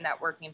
networking